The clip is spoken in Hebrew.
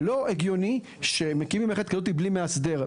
לא הגיוני שמקימים מערכת כזאת בלי מאסדר.